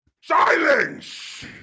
Silence